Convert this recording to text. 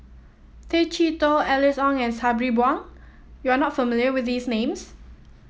Tay Chee Toh Alice Ong and Sabri Buang you are not familiar with these names